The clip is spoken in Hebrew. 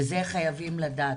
ואת זה חייבים לדעת.